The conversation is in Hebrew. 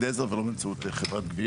בסעיף 330ו הועלו שני עניינים על ידי הוועדה.